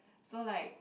so like